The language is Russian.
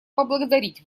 поблагодарить